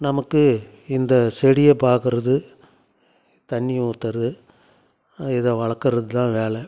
நமக்கு இந்த செடியை பார்க்குறது தண்ணி ஊற்றுறது இதை வளர்க்குறதுதான் வேலை